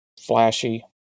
flashy